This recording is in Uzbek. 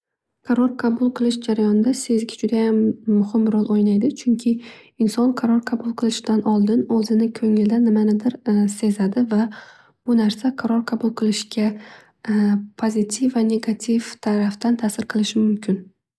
Qaror qabul qilish jarayonida sezgi judayam muhim ro'l o'ynaydi. Chunki inson qaror qabul qilishdan oldin o'zini ko'nglida nimanidir sezadi va bu narsa qaror qabul qilishga positiv va negative tarafdan tasir qilishi mumkin.